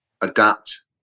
adapt